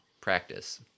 practice